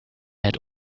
had